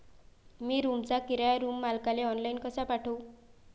मी रूमचा किराया रूम मालकाले ऑनलाईन कसा पाठवू?